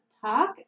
talk